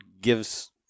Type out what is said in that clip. gives